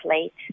late